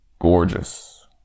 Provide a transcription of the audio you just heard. gorgeous